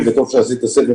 יפעת,